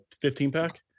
15-pack